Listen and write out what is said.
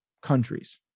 countries